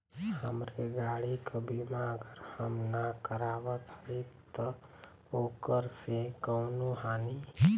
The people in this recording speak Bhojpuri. हमरे गाड़ी क बीमा अगर हम ना करावत हई त ओकर से कवनों हानि?